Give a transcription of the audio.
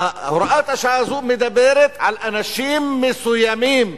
הוראת השעה הזאת מדברת על אנשים מסוימים,